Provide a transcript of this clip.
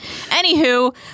Anywho